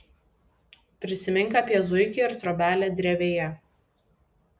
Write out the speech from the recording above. prisimink apie zuikį ir trobelę drevėje